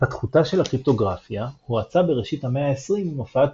התפתחותה של הקריפטוגרפיה הואצה בראשית המאה העשרים עם הופעת